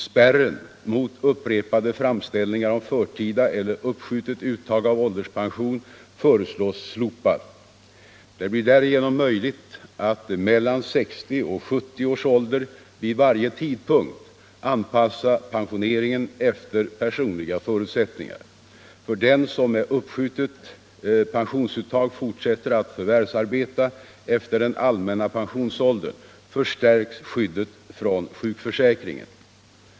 Spärren mot upprepade framställningar om förtida eller uppskjutet uttag av ålderspension föreslås slopad. Det blir därigenom möjligt att mellan 60 och 70 års ålder vid varje tidpunkt anpassa pensioneringen efter personliga förutsättningar. För den som med uppskjutet pensionsuttag fortsätter att förvärvsarbeta efter den allmänna pensionsåldern förstärks skyddet från sjukförsäkringen.